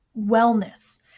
wellness